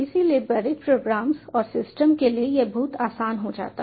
इसलिए बड़े प्रोग्राम्स और सिस्टम के लिए यह बहुत आसान हो जाता है